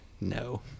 No